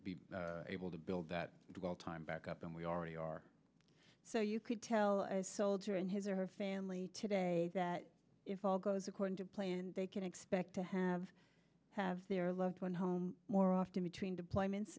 be able to build that dwell time back up then we already are so you could tell as soldier in his or her family today that if all goes according to plan and they can expect to have have their loved one home more often between deployments